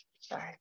sorry